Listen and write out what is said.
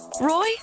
Roy